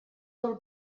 del